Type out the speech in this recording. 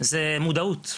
זה מודעות,